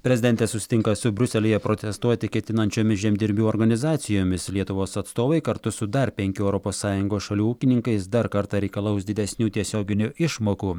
prezidentė susitinka su briuselyje protestuoti ketinančiomis žemdirbių organizacijomis lietuvos atstovai kartu su dar penkių europos sąjungos šalių ūkininkais dar kartą reikalaus didesnių tiesioginių išmokų